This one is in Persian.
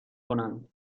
کنند